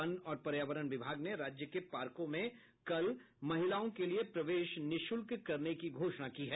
one और पर्यावरण विभाग ने राज्य के पार्कों में कल महिलाओं के लिये प्रवेश निःशुल्क करने की घोषणा की है